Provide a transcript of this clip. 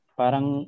parang